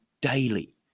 daily